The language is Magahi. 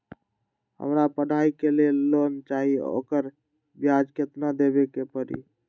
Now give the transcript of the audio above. हमरा पढ़ाई के लेल लोन चाहि, ओकर ब्याज केतना दबे के परी?